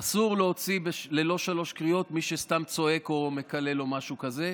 אסור להוציא ללא שלוש קריאות מי שסתם צועק או מקלל או משהו כזה.